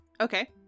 Okay